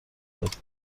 داد